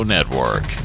Network